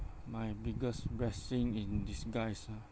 my biggest blessing in disguise ah